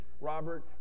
Robert